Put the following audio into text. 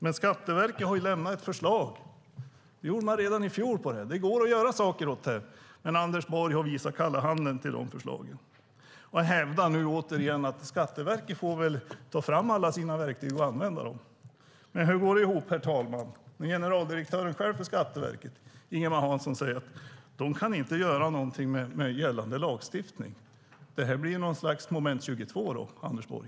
Men Skatteverket har lämnat ett förslag om detta. Det gjorde man redan i fjol. Det går att göra saker åt detta. Men Anders Borg har visat kalla handen när det gäller dessa förslag. Han hävdar nu återigen att Skatteverket får ta fram alla sina verktyg och använda dem. Men hur går det ihop när generaldirektören på Skatteverket, Ingemar Hansson, själv säger att de med gällande lagstiftning inte kan göra någonting. Detta blir då något slags moment 22, Anders Borg.